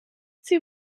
sie